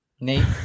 Nate